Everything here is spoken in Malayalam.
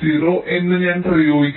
c0 എന്ന് ഞാൻ പ്രയോഗിക്കുന്നു